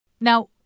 Now